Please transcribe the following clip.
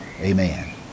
Amen